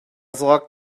sagt